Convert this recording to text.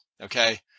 Okay